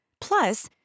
Plus